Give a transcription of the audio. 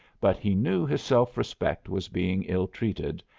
but he knew his self-respect was being ill-treated,